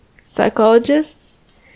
psychologists